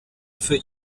für